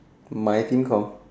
my